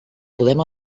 podem